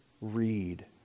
read